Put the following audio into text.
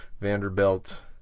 Vanderbilt